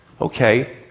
Okay